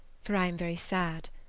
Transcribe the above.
for i am very sad.